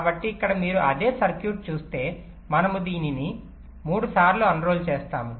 కాబట్టి ఇక్కడ మీరు అదే సర్క్యూట్ చూస్తే మనము దానిని 3 సార్లు అన్రోల్ చేసాము